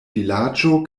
vilaĝo